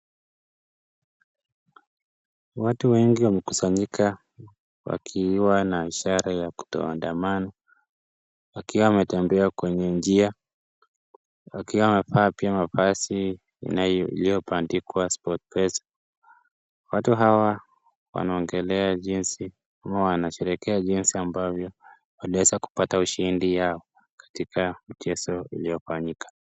Watu wengi wamekusanyika wakiwa na ishara ya kutoandamana wakiwa wametembea kwenye njia wakiwa pia wamevaa mavazi iliyo andikwa sportpesa . Watu hawa wanaongelea jinsi huwa wanasherehekea jinsi ambavyo waliweza kupata ushindi wao katika mchezo iliyo fanyika.